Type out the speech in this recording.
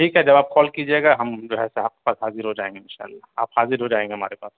ٹھیک ہے جب آپ کال کییے گا ہم جو ہے سے آپ کے پاس حاضر ہو جائیں گے انشا اللہ آپ حاضر ہو جائیں گے ہمارے پاس